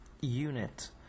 unit